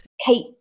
Kate